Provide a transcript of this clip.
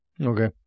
Okay